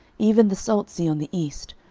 even the salt sea on the east,